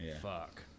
fuck